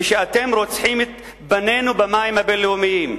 כשאתם רוצחים את בנינו במים הבין-לאומיים?